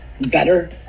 better